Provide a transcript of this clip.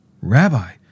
Rabbi